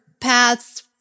paths